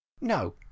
No